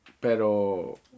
Pero